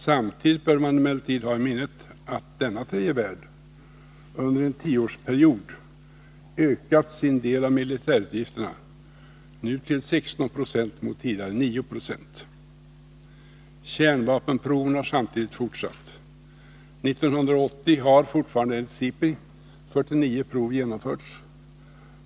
Samtidigt bör man emellertid ha i minnet att denna tredje värld under en tioårsperiod har ökat sin del av militärutgifterna till 16 26 mot tidigare 9 20. Kärnvapenproven har samtidigt fortsatt. År 1980 har, fortfarande enligt SIPRI, 49 prov genomförts.